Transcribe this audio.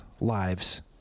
lives